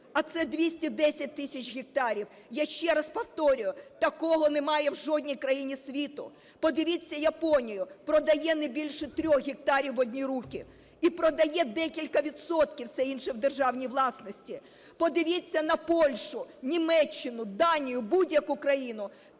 а це 210 тисяч гектарів. Я ще раз повторюю, такого немає в жодній країні світу. Подивіться Японію - продає не більше 3 гектарів в одні руки і продає декілька відсотків – все інше в державній власності. Подивіться на Польщу, Німеччину, Данію – будь-яку країну